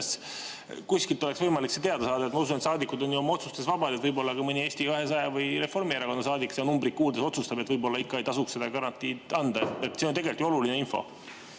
kuskilt oleks võimalik see teada saada? Ma usun, kuna saadikud on oma otsustes vabad, siis võib-olla ka mõni Eesti 200 või Reformierakonna saadik seda numbrit kuuldes otsustab, et võib-olla ikka ei tasuks seda garantiid anda. See on ju oluline info.